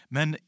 Men